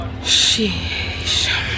Sheesh